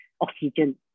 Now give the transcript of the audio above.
oxygen